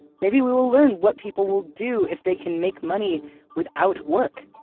maybe we will learn what people will do if they can make money without work.